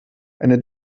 eine